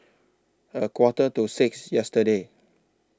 A Quarter to six yesterday